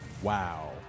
Wow